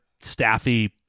staffy